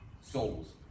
souls